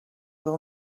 will